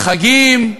בחגים,